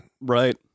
Right